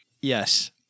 Yes